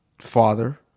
father